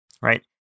right